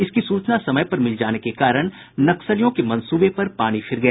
इसकी सूचना समय पर मिल जाने के कारण नक्सलियों के मंसूबे पर पानी फिर गया